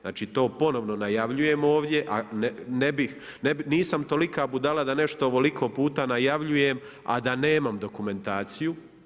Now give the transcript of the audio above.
Znači to ponovno najavljujem ovdje, a nisam tolika budala da nešto ovoliko puta najavljujem a da nemam dokumentaciju.